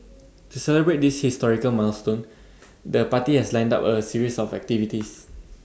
to celebrate this historical milestone the party has lined up A series of activities